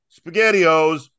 SpaghettiOs